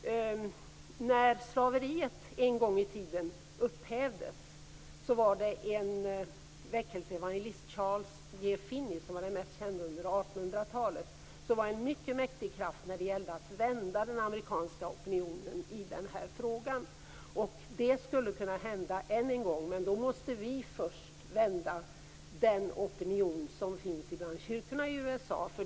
När slaveriet en gång i tiden upphävdes var en väckelseevangelist - Charles G. Finney, mest känd under 1800 talet - en mycket mäktig kraft när det gällde att vända den amerikanska opinionen i den här frågan. Det skulle kunna hända än en gång, men då måste vi först vända den opinion som finns bland kyrkorna i USA.